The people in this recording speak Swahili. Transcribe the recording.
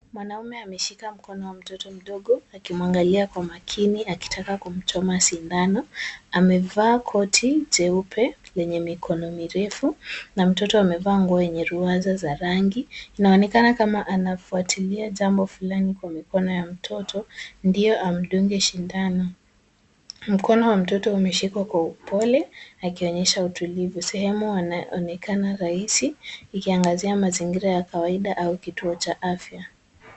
Mwanaume ameshika mkono wa mtoto mdogo akimwangalia kwa makini akitaka kumchoma sindano. Amevaa koti jeupe lenye mikono mirefu na mtoto amevaa nguo yenye ruwaza za rangi, inaonekana kama anafuatilia jambo fulani kwa mikono ya mtoto ndio amdunge sindano. Mkono wa mtoto umeshikwa kwa upole, akionyesha utulivu. Sehemu anaonekana rahisi ikiangazia mazingira ya kawaida au kituo cha afya.